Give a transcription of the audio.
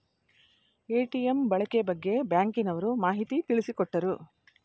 ATM ಬಳಕೆ ಬಗ್ಗೆ ಬ್ಯಾಂಕಿನವರು ಮಾಹಿತಿ ತಿಳಿಸಿಕೊಟ್ಟರು